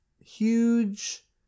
huge